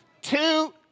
two